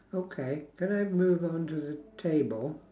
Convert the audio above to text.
okay can I move on to the table